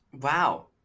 wow